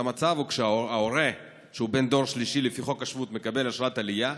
המצב הוא שכאשר הורה שהוא בן דור שלישי לפי חוק השבות מקבל אשרת עלייה,